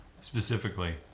specifically